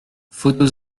photos